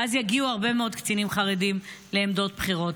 ואז יגיעו הרבה מאוד קצינים חרדים לעמדות בכירות.